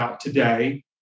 today